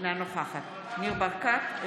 אינה נוכחת ניר ברקת,